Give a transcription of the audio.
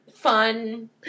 Fun